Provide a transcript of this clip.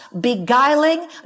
beguiling